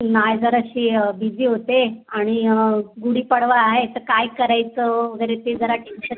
नाही जराशी बीजी होते आणि गुढी पाडवा आहे तर काय करायचं वगैरे ते जरा टेंशन